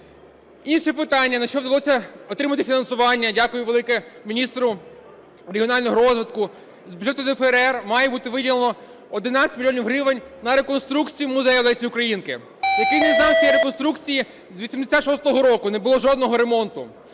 Інше питання, на що вдалося отримати фінансування, дякую велике міністру регіонального розвитку, з бюджету ДФРР має бути виділено 11 мільйонів гривень на реконструкцію музею Лесі Українки, який не знав цієї реконструкції з 86-го року, не було жодного ремонту.